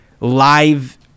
live